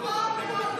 נכון מאוד.